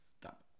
stop